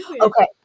okay